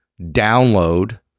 download